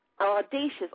Audacious